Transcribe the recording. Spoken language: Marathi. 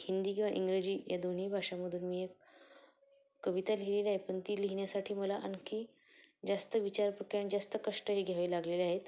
हिंदी किंवा इंग्रजी या दोन्ही भाषामधून मी एक कविता लिहिलेली आहे पण ती लिहिण्यासाठी मला आणखी जास्त विचारप्रक्रिया आणि जास्त कष्टही घ्यावे लागलेले आहेत